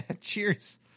cheers